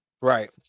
Right